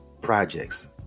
projects